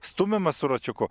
stumiamas su račiuku